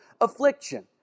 affliction